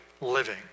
living